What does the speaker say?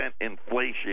inflation